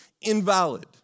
invalid